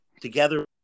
together